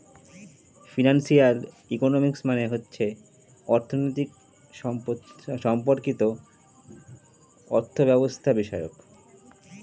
financial economics মানে হচ্ছে অর্থনীতি সম্পর্কিত অর্থব্যবস্থাবিষয়ক